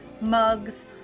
mugs